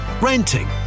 renting